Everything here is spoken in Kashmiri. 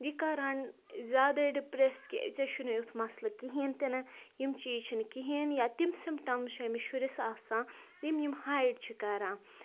یہِ کران زیادَے ڈِپرٛٮ۪س کہِ ژےٚ چھُے نہٕ یُتھ مَسلہٕ کِہیٖنۍ تہِ نہٕ یِم چیٖز چھِنہٕ کِہیٖنۍ یا تِم سِمپٹَمٕز چھِ أمِس شُرِس آسان یِم یِم ہایِڈ چھِ کران